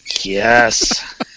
Yes